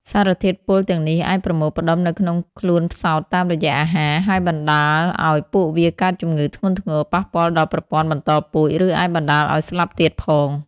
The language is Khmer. សារធាតុពុលទាំងនេះអាចប្រមូលផ្ដុំនៅក្នុងខ្លួនផ្សោតតាមរយៈអាហារ ហើយបណ្តាលឲ្យពួកវាកើតជំងឺធ្ងន់ធ្ងរ ប៉ះពាល់ដល់ប្រព័ន្ធបន្តពូជ ឬអាចបណ្ដាលឲ្យស្លាប់ទៀតផង។